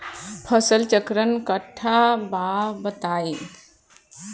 फसल चक्रण कट्ठा बा बताई?